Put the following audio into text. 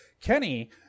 Kenny